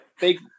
big